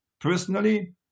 personally